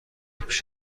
پیش